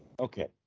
Okay